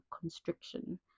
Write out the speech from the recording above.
constriction